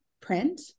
print